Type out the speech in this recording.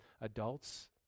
adults